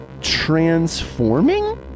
transforming